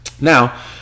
Now